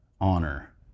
honor